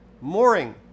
mooring